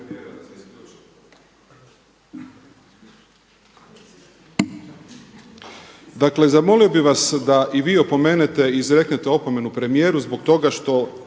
Dakle, zamolio bih vas da i vi opomenete i izreknete opomenu premijeru zbog toga što